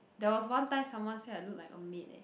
there was one time someone say I look like a maid eh